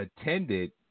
attended